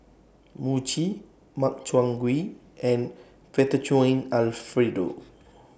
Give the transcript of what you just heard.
Mochi Makchang Gui and Fettuccine Alfredo